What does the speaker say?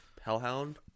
hellhound